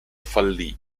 fallì